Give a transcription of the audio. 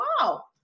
wow